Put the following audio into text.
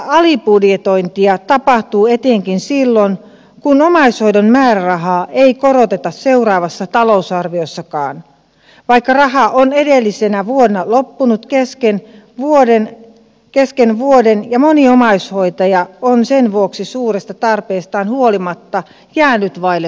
tietoista alibudjetointia tapahtuu etenkin silloin kun omaishoidon määrärahaa ei koroteta seuraavassa talousarviossakaan vaikka raha on edellisenä vuonna loppunut kesken vuoden ja moni omaishoitaja on sen vuoksi suuresta tarpeestaan huolimatta jäänyt vaille sopimusta